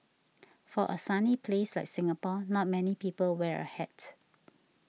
for a sunny place like Singapore not many people wear a hat